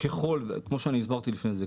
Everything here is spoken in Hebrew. כמו שהסברתי לפני כן,